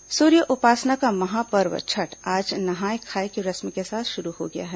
छठ सूर्य उपासना का महापर्व छठ आज नहाय खाय की रस्म के साथ शुरू हो गया है